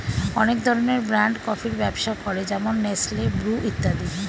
অনেক ধরনের ব্র্যান্ড কফির ব্যবসা করে যেমন নেসলে, ব্রু ইত্যাদি